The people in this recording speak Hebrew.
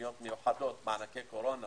תוכניות מיוחדות, מענקי קורונה,